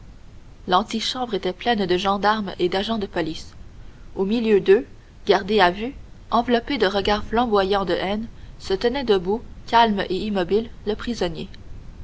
l'antichambre était pleine de gendarmes et d'agents de police au milieu d'eux gardé à vue enveloppé de regards flamboyants de haine se tenait debout calme et immobile le prisonnier